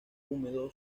húmedo